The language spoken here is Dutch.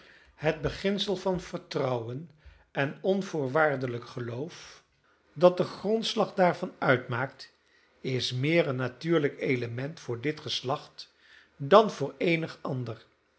het beginsel van vertrouwen en onvoorwaardelijk geloof dat den grondslag daarvan uitmaakt is meer een natuurlijk element voor dit geslacht dan voor eenig ander